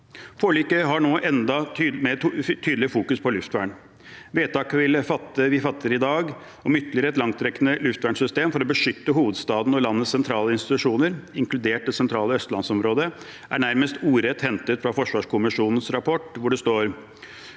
Forliket har gitt et enda tydeligere fokus på luftvern. Vedtaket vi fatter i dag om et ytterligere langtrekkende luftvernsystem for å beskytte hovedstaden og landets sentrale institusjoner, inkludert det sentrale østlandsområdet, er nærmest ordrett hentet fra forsvarskommisjonens rapport, hvor det står: